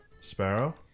Sparrow